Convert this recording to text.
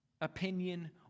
opinion